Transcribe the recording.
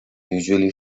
usually